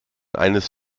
eines